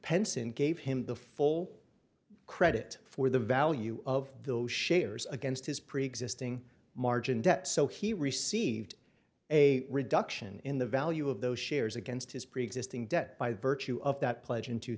penson gave him the full credit for the value of those shares against his preexisting margin debt so he received a reduction in the value of those shares against his preexisting debt by the virtue of that pledge in two